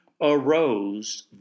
arose